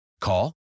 Call